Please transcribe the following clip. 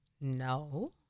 no